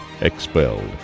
Expelled